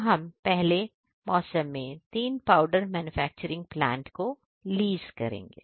तो हम पहले मौसम में 3 पाउडर मैन्युफैक्चरिंग प्लांट को लीज करेंगे